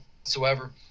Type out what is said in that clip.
Whatsoever